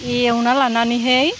एवना लानानैहाय